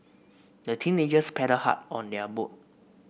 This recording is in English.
the teenagers paddled hard on their boat